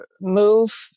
move